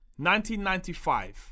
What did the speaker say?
1995